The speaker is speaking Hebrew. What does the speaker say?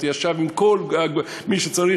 ישב עם ראשי הרשויות, ישב עם כל מי שצריך.